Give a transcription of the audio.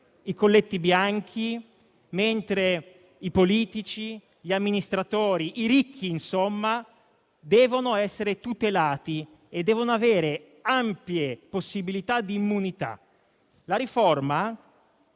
i colletti bianchi, i politici, gli amministratori, i ricchi insomma devono essere tutelati e devono avere ampie possibilità di immunità. La riforma